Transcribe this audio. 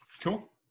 cool